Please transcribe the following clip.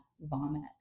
vomit